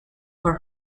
her